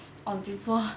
on people